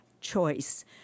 choice